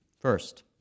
First